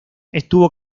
estuvo